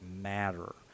matter